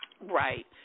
Right